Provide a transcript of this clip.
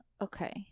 okay